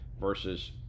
Versus